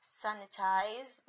sanitize